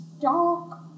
dark